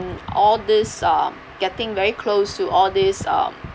all this uh getting very close to all this um